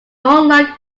unlike